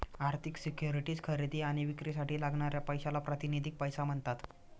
आर्थिक सिक्युरिटीज खरेदी आणि विक्रीसाठी लागणाऱ्या पैशाला प्रातिनिधिक पैसा म्हणतात